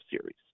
series